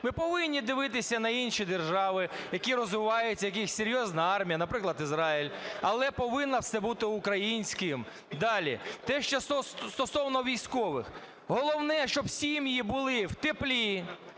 Ми повинні дивитися на інші держави, які розвиваються, в яких серйозна армія, наприклад, Ізраїль, але повинно все бути українським. Далі. Те, що стосовно військових. Головне, щоб сім'ї були в теплі,